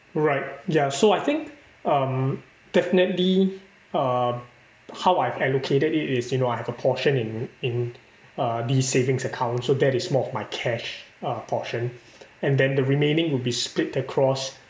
right ya so I think um definitely uh how I allocated it is you know I have a portion in in uh these savings accounts so that is more of my cash portion and then the remaining will be split across